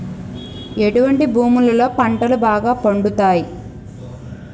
ఎటువంటి భూములలో పంటలు బాగా పండుతయ్?